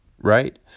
Right